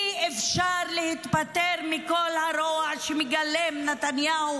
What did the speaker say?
אי-אפשר להיפטר מכל הרוע שמגלם נתניהו